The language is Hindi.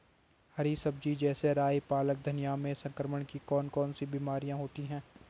हरी सब्जी जैसे राई पालक धनिया में संक्रमण की कौन कौन सी बीमारियां होती हैं?